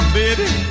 baby